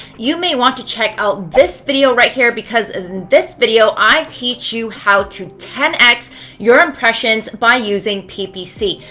you may want to check out this video right here because in this video, i teach you how to ten x your impressions by using ppc.